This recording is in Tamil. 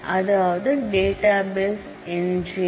அதாவது டேட்டாபேஸ் எஞ்சின்